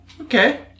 okay